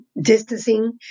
distancing